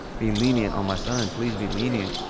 be lenient on my son. and please be lenient.